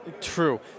True